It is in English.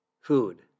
food